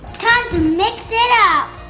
time to mix it up.